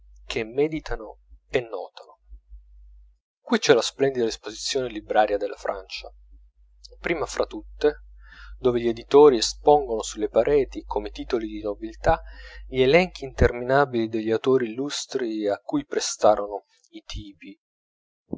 che meditano e notano qui c'è la splendida esposizione libraria della francia prima fra tutte dove gli editori espongono sulle pareti come titoli di nobiltà gli elenchi interminabili degli autori illustri a cui prestarono i tipi